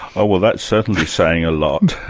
oh well that's certainly saying a lot.